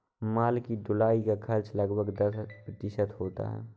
माल की ढुलाई का खर्च लगभग दस प्रतिशत होता है